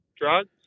drugs